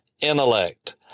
intellect